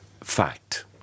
fact